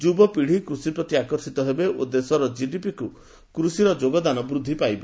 ଯୁବପିଢ଼ି କୃଷି ପ୍ରତି ଆକର୍ଷିତ ହେବେ ଏବଂ ଦେଶର କିଡିପିକୁ କୃଷିର ଯୋଗଦାନ ବୃଦ୍ଧି ପାଇବ